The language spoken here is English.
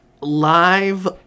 Live